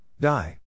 Die